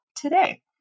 today